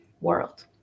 world